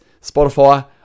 Spotify